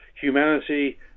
Humanity